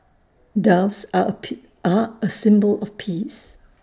doves are are A symbol of peace